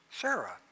Sarah